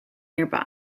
nearby